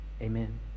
Amen